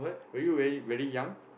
were you very very young